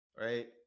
Right